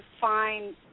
find –